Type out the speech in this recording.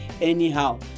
anyhow